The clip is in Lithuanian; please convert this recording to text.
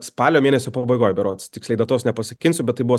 spalio mėnesio pabaigoj berods tiksliai datos nepasakinsiu bet tai buvo